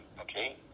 okay